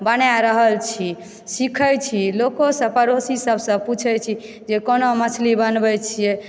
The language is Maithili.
बनाय रहल छी सिखय छी लोकोसँ पड़ोसीसभसँ पूछैत छी जे कोना मछली बनबय छियै